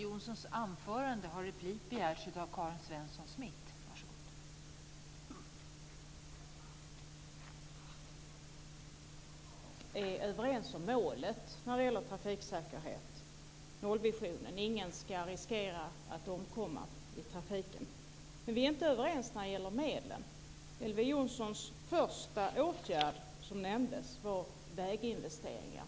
Fru talman! Elver Jonsson och jag är överens om målet när det gäller trafiksäkerheten, dvs. nollvisionen - ingen ska riskera att omkomma i trafiken. Däremot är vi inte överens när det gäller medlen. Den första åtgärd som Elver Jonsson nämner är väginvesteringarna.